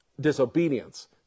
disobedience